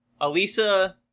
Alisa